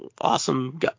awesome